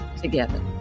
together